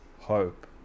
hope